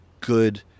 good